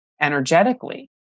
energetically